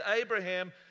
Abraham